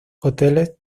hoteles